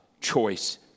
Choice